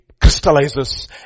crystallizes